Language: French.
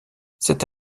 cette